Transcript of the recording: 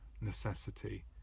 necessity